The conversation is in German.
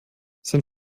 sein